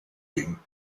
gingen